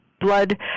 blood